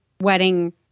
wedding